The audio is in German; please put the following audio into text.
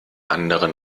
anderen